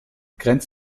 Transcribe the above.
grenzt